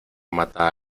mata